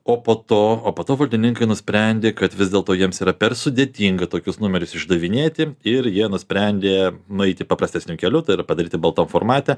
o po to o po to valdininkai nusprendė kad vis dėlto jiems yra per sudėtinga tokius numerius išdavinėti ir jie nusprendė nueiti paprastesniu keliu tai yra padaryti baltam formate